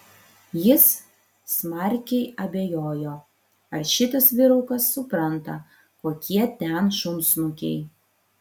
jis smarkiai abejojo ar šitas vyrukas supranta kokie ten šunsnukiai